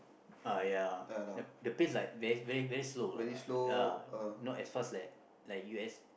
uh ya the the pace like very very very slow lah ya not as fast like U_S